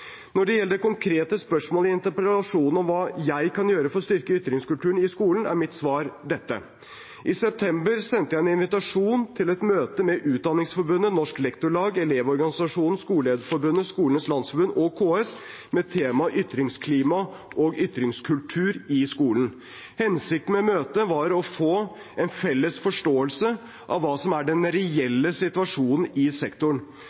Når det gjelder det konkrete spørsmålet i interpellasjonen, om hva jeg kan gjøre for å styrke ytringskulturen i skolen, er mitt svar dette: I september sendte jeg en invitasjon til et møte med Utdanningsforbundet, Norsk Lektorlag, Elevorganisasjonen, Skolelederforbundet, Skolenes landsforbund og KS om temaet ytringsklima og ytringskultur i skolen. Hensikten med møtet var å få en felles forståelse av hva som er den reelle situasjonen i sektoren,